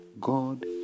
God